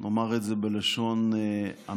נאמר את זה בלשון המעטה,